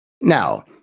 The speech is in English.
Now